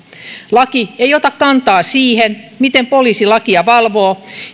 laki ei ota kantaa siihen miten poliisi lakia valvoo